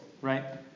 right